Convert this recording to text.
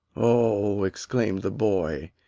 oh, exclaimed the boy,